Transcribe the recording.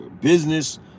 business